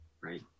right